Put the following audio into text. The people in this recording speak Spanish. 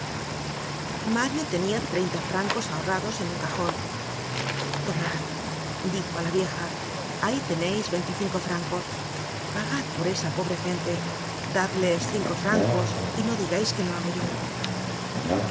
mario tenia treinta francos ahorrados en un cajon tomad dijo á la vieja ahí teneis veinticinco francos pagad por esa pobre gente dadles cinco francos y no digais que lo hago yo